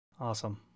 Awesome